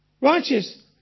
Righteous